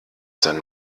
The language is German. sein